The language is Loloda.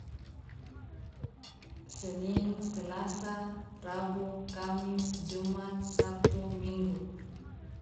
Senin selasa rabu kamis jumat sabtu minggu.